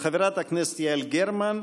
חברת הכנסת יעל גרמן,